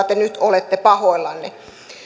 te nyt olette pahoillanne